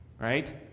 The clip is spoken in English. right